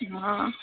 हा